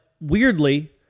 weirdly